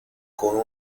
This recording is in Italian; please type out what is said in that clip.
con